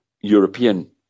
European